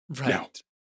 Right